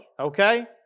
okay